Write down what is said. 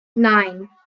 nine